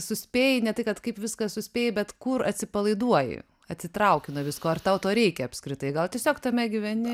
suspėji ne tai kad kaip viską suspėji bet kur atsipalaiduoji atsitrauki nuo visko ar tau to reikia apskritai gal tiesiog tame gyveni